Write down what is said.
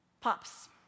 pops